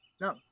No